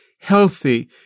healthy